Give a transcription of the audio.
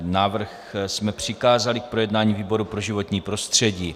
Návrh jsme přikázali k projednání výboru pro životní prostředí.